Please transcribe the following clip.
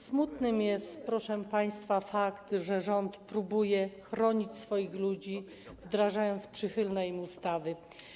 Smutny jest, proszę państwa, fakt, że rząd próbuje chronić swoich ludzi, wdrażając przychylne im ustawy.